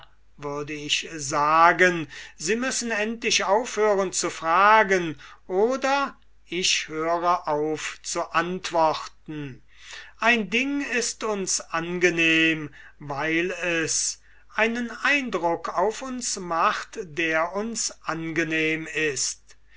würde ich sagen sie müssen endlich aufhören zu fragen oder ich höre auf zu antworten ein ding ist uns angenehm weil es einen eindruck auf uns macht der uns angenehm ist